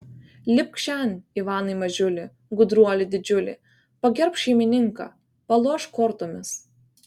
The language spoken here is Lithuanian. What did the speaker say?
lipk šen ivanai mažiuli gudruoli didžiuli pagerbk šeimininką palošk kortomis